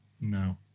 No